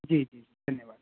જી જી ધન્યવાદ